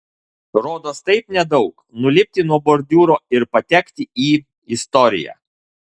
rodos taip nedaug nulipti nuo bordiūro ir patekti į istoriją